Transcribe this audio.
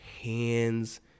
hands